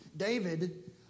David